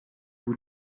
vous